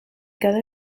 cada